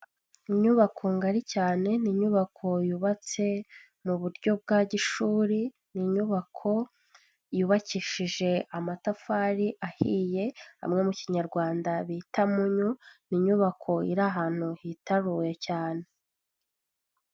Inyubako ngari cyane, ni inyubako yubatse mu buryo bwa gishuri, ni inyubako yubakishije amatafari ahiye, bamwe mu kinyarwanda bita munyu, ni inyubako iri ahantu hitaruwe cyane.